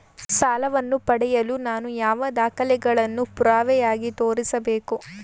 ಸಾಲವನ್ನು ಪಡೆಯಲು ನಾನು ಯಾವ ದಾಖಲೆಗಳನ್ನು ಪುರಾವೆಯಾಗಿ ತೋರಿಸಬೇಕು?